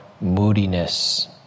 moodiness